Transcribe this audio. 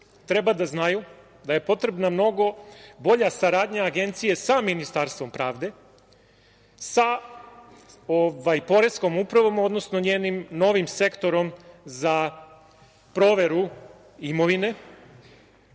treba da znaju da je potrebna mnogo bolja saradnja Agencije sa Ministarstvom pravde, sa Poreskom upravom, odnosno njenim novim Sektorom za proveru imovine,